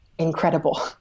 incredible